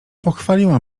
pochwaliła